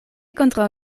kontraŭ